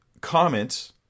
comments